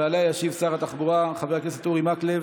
ועליה ישיב סגן שרת התחבורה חבר הכנסת אורי מקלב.